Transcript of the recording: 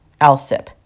Alsip